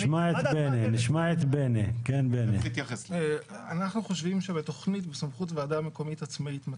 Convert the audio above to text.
אנחנו חושבים שבתוכנית הסופית הוועדה עצמאית.